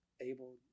able